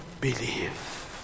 believe